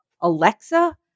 Alexa